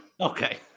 Okay